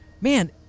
Man-